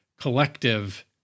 collective